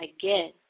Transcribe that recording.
again